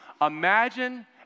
Imagine